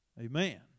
Amen